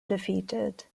defeated